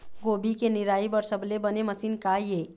गोभी के निराई बर सबले बने मशीन का ये?